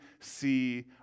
see